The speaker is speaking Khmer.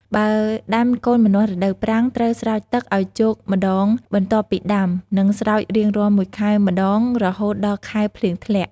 បើដាំកូនម្នាស់រដូវប្រាំង ត្រូវស្រោចទឹក ឲ្យជោគម្តងបន្ទាប់ពីដាំ និងស្រោចរៀងរាល់ ១ខែ ម្តងរហូតដល់ខែភ្លៀងធ្លាក់។